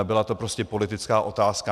Byla to prostě politická otázka.